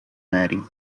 mary